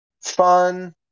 fun